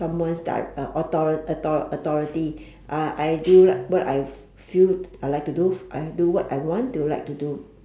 someone's direc~ uh author~ author~ authority uh I do like what I f~ feel I like to do I do what I want to like to do